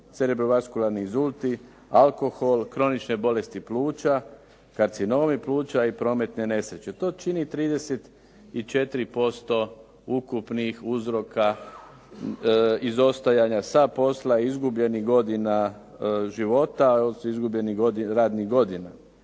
celebrovaskularni inzulti, alkohol, kronične bolesti pluća, karcinomi pluća i prometne nesreće. To čini 34% ukupnih uzroka izostajanja sa posla, izgubljenih godina života, izgubljenih radnih godina.